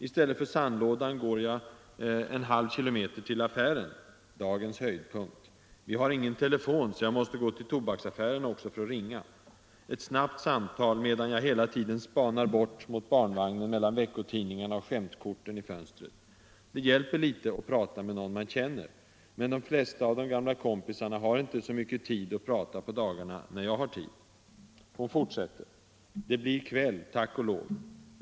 I stället för sandlådan går jag en halv kilometer till affären. Dagens höjdpunkt. Vi har ingen telefon så jag måste gå till tobaksaffären också för att ringa. Ett snabbt samtal medan jag hela tiden spanar mot barnvagnen mellan veckotidningarna och skämtkorten i fönstret. Det hjälper lite att prata med någon man känner. Men de flesta av de gamla kompisarna har inte så mycket tid att prata på dagarna när jag har tid.” Hon fortsätter: ”Det blir kväll, tack och lov.